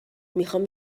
میخام